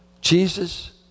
Jesus